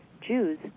Jews